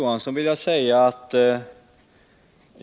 Herr talman!